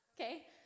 okay